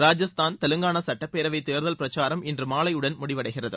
ராஜஸ்தான் தெவங்கானா சட்டப்பேரவை தேர்தல் பிரச்சாரம் இன்று மாலையுடன் முடிவடைகிறது